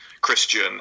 Christian